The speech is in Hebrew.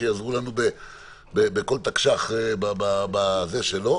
שיעזרו לנו כל תקש"ח בזה שלו.